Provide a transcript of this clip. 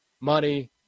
money